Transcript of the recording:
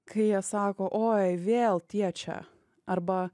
kai jie sako oi vėl tie čia arba